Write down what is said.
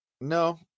No